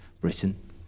Britain